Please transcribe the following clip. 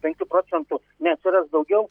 penkių procentų neatsiras daugiau